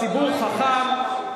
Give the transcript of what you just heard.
הציבור חכם.